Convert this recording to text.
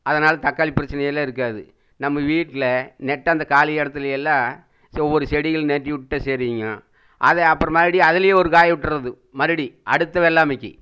அதனால் தக்காளி பிரச்சனை எல்லாம் இருக்காது நம்ம வீட்டில் நெட்ட அந்த காலி இடத்துல எல்லாம் இப்போ ஒரு செடிகள் நட்டு விட்டா சரிங்க அதை அப்பறம் மறுபுடியும் அதில் ஒரு காயை விட்டுருறது மறுபடி அடுத்த வெள்ளாமைக்கு